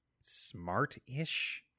smart-ish